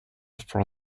for